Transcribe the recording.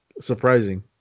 Surprising